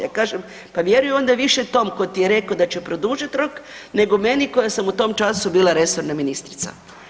Ja kažem pa vjeruj onda više tom ko ti je reko da ćemo produžit rok, nego meni koja sam u tom času bila resorna ministrica.